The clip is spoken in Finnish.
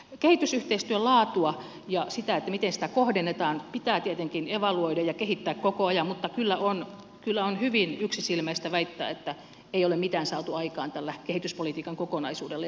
kehitysyhteistyön laatua ja sitä miten sitä kohdennetaan pitää tietenkin evaluoida ja kehittää koko ajan mutta kyllä on hyvin yksisilmäistä väittää että ei ole mitään saatu aikaan tällä kehityspolitiikan kokonaisuudella